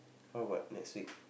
how about next week